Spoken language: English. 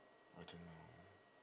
I don't know